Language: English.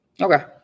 Okay